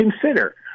consider